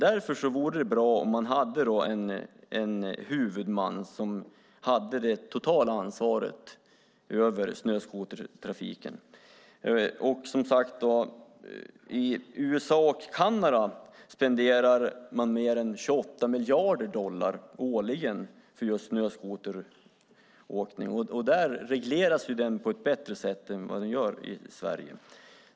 Därför vore det bra om det fanns en huvudman som hade det totala ansvaret över snöskotertrafiken. I USA och Kanada spenderar man över 28 miljarder dollar årligen på just snöskoteråkning, och där regleras den på ett bättre sätt än i Sverige.